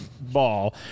ball